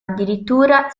addirittura